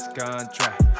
contract